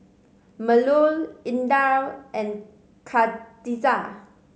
Melur Indra and Khadija